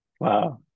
Wow